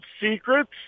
secrets